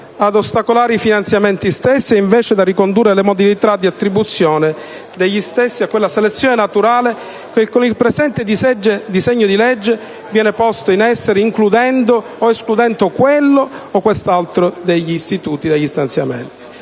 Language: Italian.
ad ostacolare i finanziamenti: essa è invece da ricondurre alle modalità di attribuzione degli stessi, a quella selezione naturale che con il presente disegno di legge viene posta in essere includendo o escludendo questo o quest'altro degli istituti ai fini